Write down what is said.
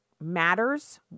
matters